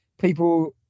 people